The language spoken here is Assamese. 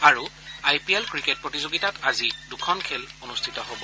আৰু আই পি এল ক্ৰিকেট প্ৰতিযোগিতাত আজি দুখন খেল অনুষ্ঠিত হ'ব